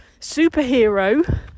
superhero